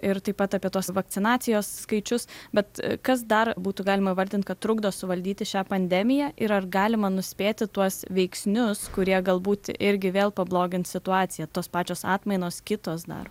ir taip pat apie tuos vakcinacijos skaičius bet kas dar būtų galima įvardint kad trukdo suvaldyti šią pandemiją ir ar galima nuspėti tuos veiksnius kurie galbūt irgi vėl pablogins situaciją tos pačios atmainos kitos dar